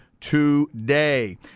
today